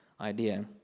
idea